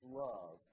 love